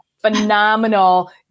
phenomenal